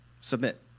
submit